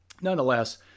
nonetheless